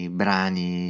brani